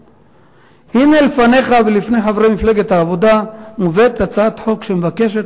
הנה לפניך ולפני חברי מפלגת העבודה מובאת הצעת חוק שמבקשת